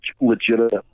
legitimate